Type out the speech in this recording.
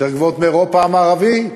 יותר גבוהה מבאירופה המערבית,